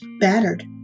Battered